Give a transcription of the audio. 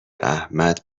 احمد